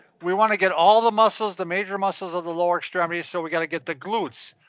we wanna get all the muscles, the major muscles of the lower extremity so we gotta get the glutes,